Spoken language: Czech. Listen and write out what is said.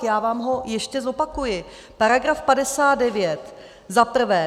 Já vám ho ještě zopakuji: § 59 Za prvé.